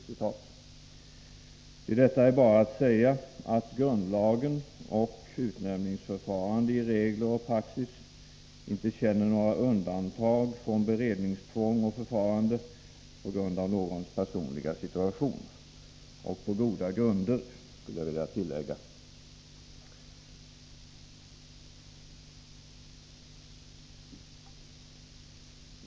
Till detta är bara att säga att grundlagen och utnämningsförfarande i regler och praxis inte känner något undantag från beredningstvång och förfarande med anledning av någons personliga situation — och det på goda grunder, skulle jag vilja tillägga.